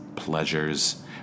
pleasures